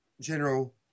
general